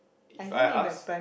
if I ask